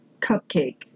Cupcake